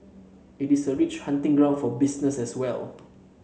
it is a rich hunting ground for business as well